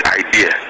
idea